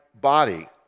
body